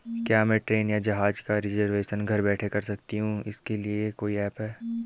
क्या मैं ट्रेन या जहाज़ का रिजर्वेशन घर बैठे कर सकती हूँ इसके लिए कोई ऐप है?